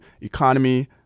economy